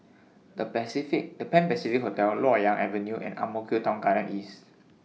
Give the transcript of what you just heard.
The Pacific The Pan Pacific Hotel Loyang Avenue and Ang Mo Kio Town Garden East